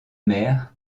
mer